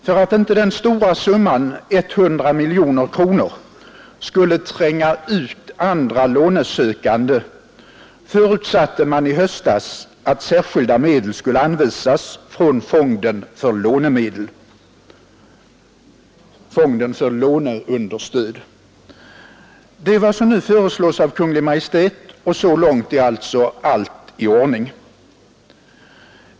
För att inte den stora summan, 100 miljoner kronor, skulle tränga ut andra lånesökande förutsatte man i höstas att särskilda medel skulle anvisas från fonden för låneunderstöd. Det är vad som nu föreslås av Kungl. Maj:t, och så långt är alltså allt i ordning.